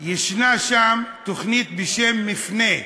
יש שם תוכנית בשם "מפנה".